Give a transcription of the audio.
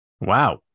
Wow